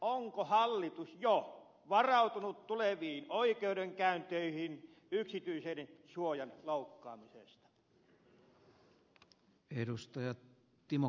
onko hallitus jo varautunut tuleviin oikeudenkäynteihin yksityisyyden suojan loukkaamisesta